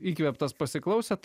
įkvėptas pasiklausėt